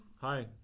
Hi